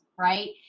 right